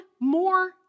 more